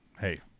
hey